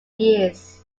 years